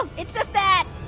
um it's just that.